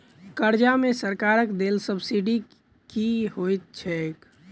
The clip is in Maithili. कर्जा मे सरकारक देल सब्सिडी की होइत छैक?